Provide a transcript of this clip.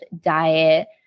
diet